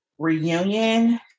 Reunion